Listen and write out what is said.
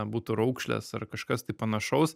būtų raukšlės ar kažkas tai panašaus